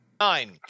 Nine